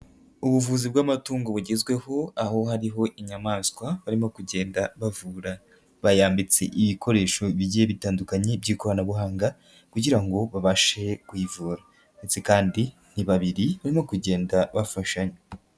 Ubuvuzi bw'amatungo bugezweho aho hariho inyamaswa barimo kugenda bavura, bayambitse ibikoresho bigiye bitandukanye by'ikoranabuhanga kugira ngo babashe kuyivura ndetse kandi ni babiri barimo kugenda bafashanya.